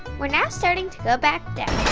we're now starting to go back down.